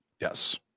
yes